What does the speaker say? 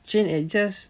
chain adjust